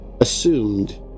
assumed